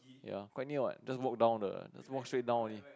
ya quite near what just walk down the just walk straight down only ya